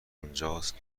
اونجاست